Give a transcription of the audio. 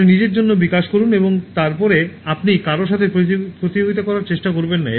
আপনি নিজের জন্য বিকাশ করুন এবং তারপরে আপনি কারও সাথে প্রতিযোগিতা করার চেষ্টা করবেন না